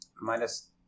Minus